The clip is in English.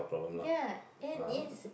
ya and is